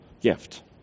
gift